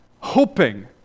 hoping